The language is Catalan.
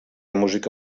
música